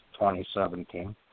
2017